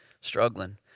struggling